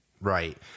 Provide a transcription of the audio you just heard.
Right